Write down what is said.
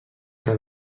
que